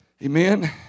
Amen